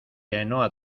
ainhoa